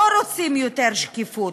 לא רוצים יותר שקיפות.